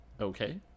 okay